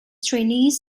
trainees